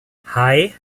hei